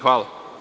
Hvala.